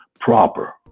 proper